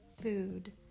food